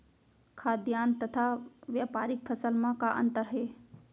खाद्यान्न तथा व्यापारिक फसल मा का अंतर हे?